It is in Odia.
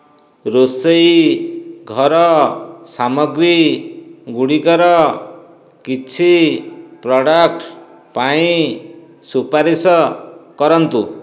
ରୋଷେଇ ଘର ସାମଗ୍ରୀ ଗୁଡ଼ିକର କିଛି ପ୍ରଡ଼କ୍ଟ୍ ପାଇଁ ସୁପାରିଶ କରନ୍ତୁ